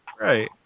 right